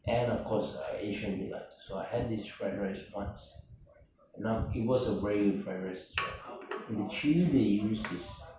and of course uh asian delights also so I had this fried rice once and now it was a very good fried rice as well and the chilli they use is